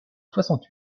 soixante